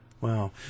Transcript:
Wow